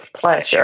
pleasure